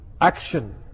action